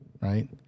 Right